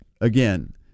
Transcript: again